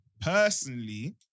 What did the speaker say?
personally